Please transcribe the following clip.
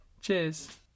Cheers